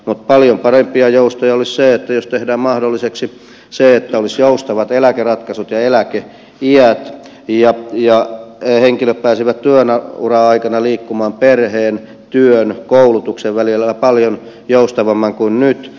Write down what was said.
mutta paljon parempaa joustoa olisi se että tehdään mahdolliseksi se että olisi joustavat eläkeratkaisut ja eläkeiät ja henkilöt pääsevät työuran aikana liikkumaan perheen työn koulutuksen välillä paljon joustavammin kuin nyt